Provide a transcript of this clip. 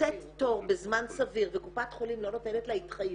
מוצאת תור בזמן סביר וקופת חולים לא נותנת לה התחייבות,